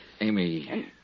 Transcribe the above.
Amy